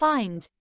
Find